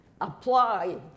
apply